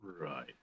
Right